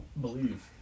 believe